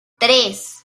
tres